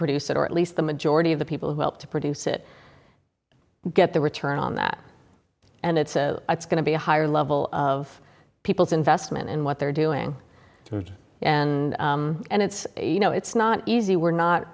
produce it or at least the majority of the people who helped to produce it get the return on that and it's going to be a higher level of people's investment in what they're doing and and it's you know it's not easy we're not